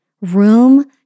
room